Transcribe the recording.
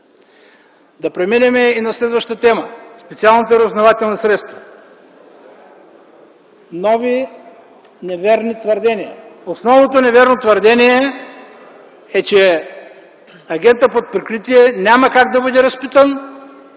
Да преминем и на следващата тема – специалните разузнавателни средства. Нови, неверни твърдения. Основното невярно твърдение е, че агентът под прикритие няма как да бъде разпитан